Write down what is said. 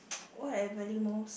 what I value most